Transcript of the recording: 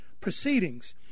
proceedings